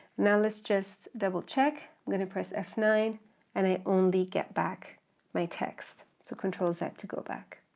now let's just double check, i'm going to press f nine and i only get back my text, so control z to go back.